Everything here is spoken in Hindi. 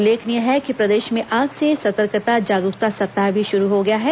उल्लेखनीय है कि प्रदेश में आज से सतर्कता जागरूकता सप्ताह भी शुरू हो गया है